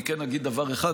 אני כן אגיד דבר אחד,